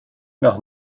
nach